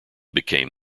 became